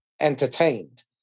entertained